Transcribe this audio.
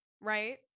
right